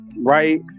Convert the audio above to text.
right